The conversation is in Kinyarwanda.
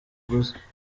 uguze